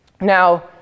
Now